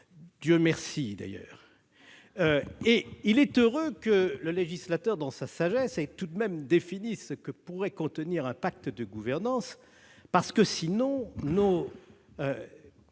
Dieu merci d'ailleurs ! Il est heureux que le législateur, dans sa sagesse, ait tout de même défini ce que pourrait contenir un pacte de gouvernance. Sinon, nos